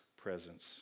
presence